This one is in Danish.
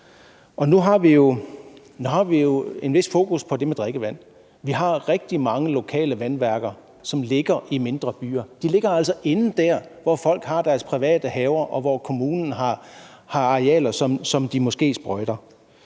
Nu har vi jo en vis fokus på det med drikkevand. Vi har rigtig mange lokale vandværker, som ligger i mindre byer. De ligger altså derinde, hvor folk har deres private haver, og hvor kommunen har arealer, som de måske sprøjter.